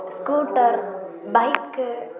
scooter bike